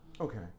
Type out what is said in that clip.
Okay